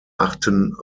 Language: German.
achten